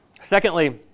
Secondly